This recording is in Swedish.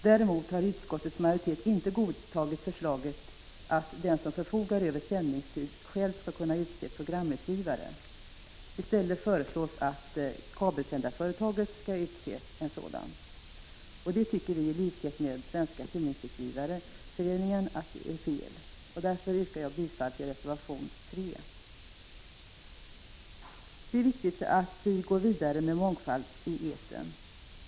Däremot har utskottets majoritet inte godtagit förslaget att den som förfogar över sändningstid själv skall kunna utse programutgivare. I stället föreslås att kabelsändarföretaget skall utse sådan. Det tycker vi i likhet med = Prot. 1985/86:50 Svenska tidningsutgivareföreningen är fel. Därför yrkar jag bifall till 12 december 1985 reservation 3. od FAR rie SER AE SAG Det är viktigt att vi går vidare med mångfald i etern.